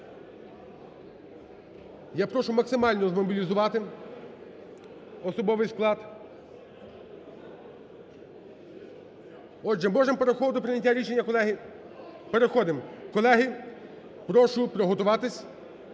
Я прошу максимально змобілізувати особовий склад. Отже, можемо переходити до прийняття рішення, колеги? Переходимо. Колеги, прошу приготуватись.